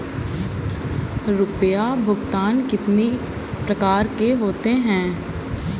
रुपया भुगतान कितनी प्रकार के होते हैं?